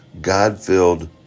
God-filled